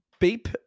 Beep